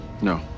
No